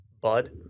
Bud